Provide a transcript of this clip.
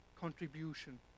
contribution